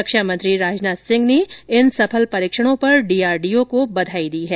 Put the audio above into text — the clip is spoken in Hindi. रक्षा मंत्री राजनाथ सिंह ने इन सफल परीक्षणों पर डीआरडीओ को बधाई दी है